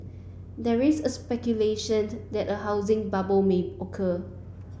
there is speculation that a housing bubble may occur